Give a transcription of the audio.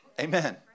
Amen